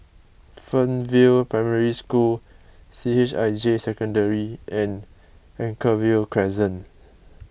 Fernvale Primary School C H I J Secondary and Anchorvale Crescent